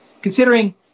considering